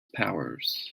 powers